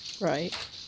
Right